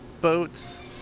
boats